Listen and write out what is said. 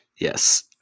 Yes